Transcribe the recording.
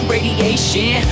Radiation